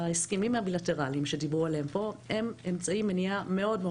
ההסכמים הבילטרליים שדיברו עליהם פה הם אמצעי מניעה מאוד-מאוד